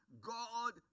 God